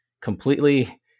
completely